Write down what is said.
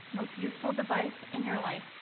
most useful device in your life.